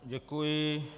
Děkuji.